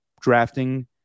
drafting